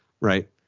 right